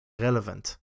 relevant